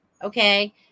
Okay